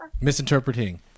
Misinterpreting